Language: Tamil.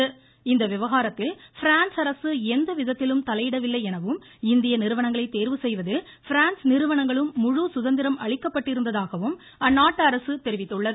தான் இந்த விவகாரத்தில் பிரான்ஸ் அரசு எந்தவிதத்திலும் தலையிடவில்லை எனவும் இந்திய நிறுவனங்களை தேர்வு செய்வதில் பிரான்ஸ் நிறுவனங்களுக்கு முழு சுதந்திரம் அளிக்கப்பட்டிருந்ததாகவும் அந்நாட்டு அரசு தெரிவித்துள்ளது